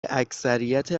اکثریت